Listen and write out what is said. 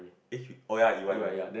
eh oh ya E_Y E_Y